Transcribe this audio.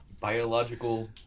Biological